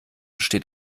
steht